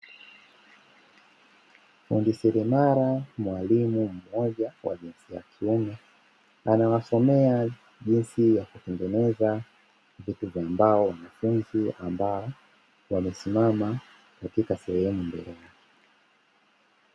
Fundi seremala mwalimu mmoja wa jinsia ya kiume anawasomea jinsi ya kutengeneza viti vya mbao kwa waliosimama katika eneo hilo.